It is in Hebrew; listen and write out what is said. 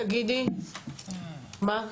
תגידי, מה?